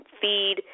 feed